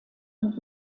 und